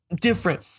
different